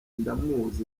ndamuzi